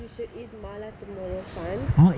we should eat mala tomorrow sun